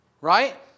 Right